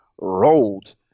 rolled